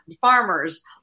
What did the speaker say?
farmers